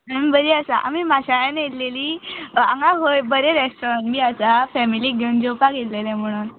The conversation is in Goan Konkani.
बरीं आसा आमी माशेलांत आयिल्लीं बी आसा फॅमिलीक घेवन जेवपाक आयिल्लें म्हणून